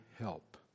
help